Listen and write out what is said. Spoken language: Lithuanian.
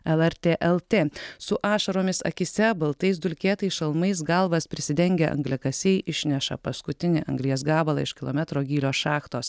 lrt lt su ašaromis akyse baltais dulkėtais šalmais galvas prisidengę angliakasiai išneša paskutinį anglies gabalą iš kilometro gylio šachtos